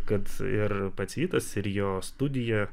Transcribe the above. kad ir pats vytas ir jo studija